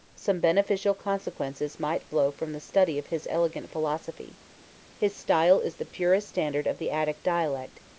some beneficial consequences might flow from the study of his elegant philosophy his style is the purest standard of the attic dialect,